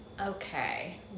Okay